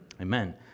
amen